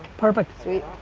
perfect. sweet.